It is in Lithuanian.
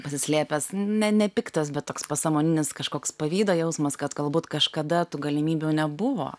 pasislėpęs ne nepiktas bet toks pasąmoninis kažkoks pavydo jausmas kad galbūt kažkada tų galimybių nebuvo